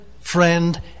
friend